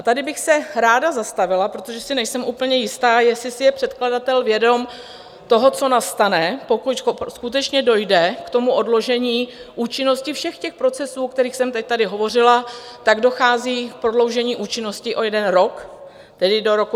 Tady bych se ráda zastavila, protože si nejsem úplně jistá, jestli si je předkladatel vědom toho, co nastane, pokud skutečně dojde k odložení účinnosti všech těch procesů, o kterých jsem tady teď hovořila, dochází k prodloužení účinnosti o jeden rok, tedy do roku 2024.